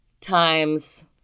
times